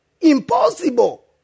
Impossible